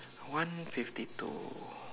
one fifty two